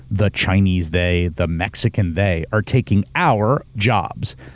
the chinese they, the mexican they, are taking our jobs.